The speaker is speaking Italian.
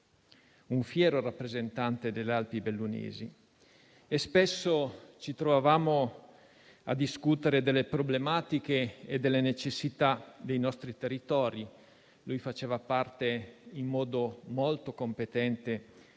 un fiero rappresentante delle Alpi bellunesi. Spesso ci trovavamo a discutere delle problematiche e delle necessità dei nostri territori. Lui faceva parte, in modo molto competente,